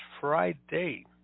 Friday